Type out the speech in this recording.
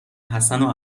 حسن